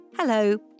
Hello